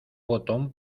botón